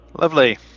Lovely